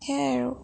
সেয়াই আৰু